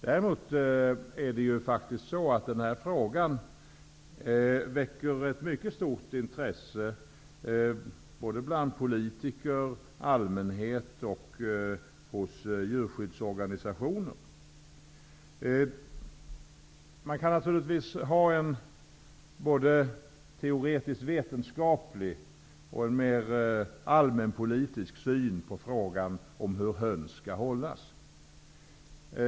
Den här frågan väcker däremot faktiskt ett mycket stort intresse såväl bland politiker och allmänhet som bland djurskyddsorganisationer. Naturligtvis kan man ha både en teoretisk vetenskaplig och en mer allmänpolitisk syn på frågan om hur höns skall hållas.